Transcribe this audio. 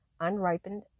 unripened